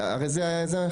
זה,